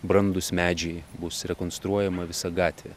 brandūs medžiai bus rekonstruojama visa gatvė